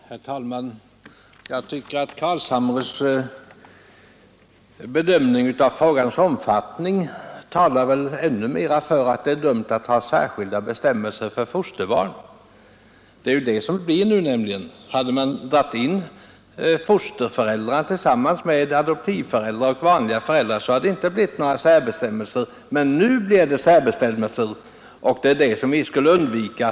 Herr talman! Jag tycker att herr Carlshamres bedömning av frågans omfattning än mer talar för att det är dumt att ha särskilda bestämmelser för fosterbarn. Så blir det ju nu. Hade man tagit fosterföräldrar tillsammans med adoptivföräldrar och vanliga föräldrar, hade det inte blivit några särbestämmelser. Men nu blir det särbestämmelser, vilket vi skulle ha undvikit.